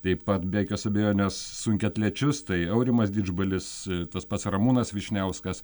taip pat be jokios abejonės sunkiaatlečius tai aurimas didžbalis tas pats ramūnas vyšniauskas